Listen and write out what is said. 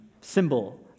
symbol